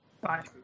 Bye